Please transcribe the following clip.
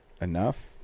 enough